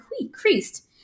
increased